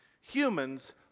humans